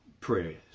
prayers